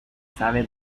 sabe